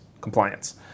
compliance